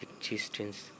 existence